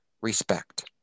respect